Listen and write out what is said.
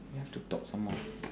we have to talk some more